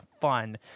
fun